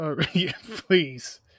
Please